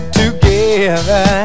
together